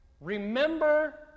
Remember